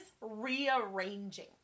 rearranging